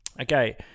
Okay